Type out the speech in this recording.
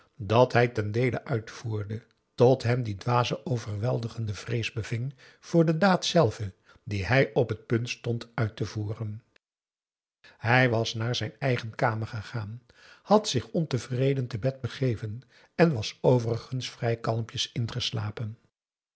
dat hij ten deele uitvoerde tot hem die dwaze overweldigende vrees beving voor de daad zelve die hij op het punt stond uit te voeren hij was naar zijn eigen kamer gegaan had zich ontevreden te bed begeven en was overigens kalmpjes